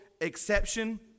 exception